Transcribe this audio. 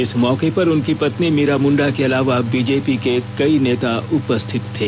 इस मौके पर उनकी पत्नी मीरा मुंडा के अलावा बीजेपी के कई नेता उपस्थित थे